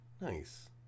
Nice